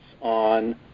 on